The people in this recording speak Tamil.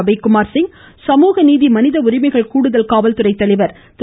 அபய் குமார்சிங் சமூக நீதி மனித உரிமைகள் கூடுதல் காவல்துறை தலைவர் திரு